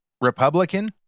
Republican